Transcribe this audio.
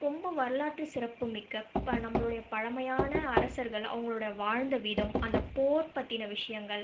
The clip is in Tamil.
ரொம்ப வரலாற்று சிறப்பு மிக்க இப்போ நம்ளுடைய பழமையான அரசர்கள் அவங்களோட வாழ்ந்த விதம் அந்த போர் பற்றின விஷயங்கள்